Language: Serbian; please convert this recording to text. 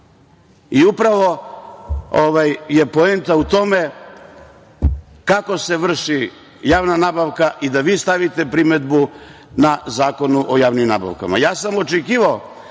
Upravo je poenta u tome kako se vrši javna nabavka i da vi stavite primedbu na Zakon o javnim nabavkama. Očekivao